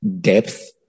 depth